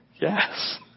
yes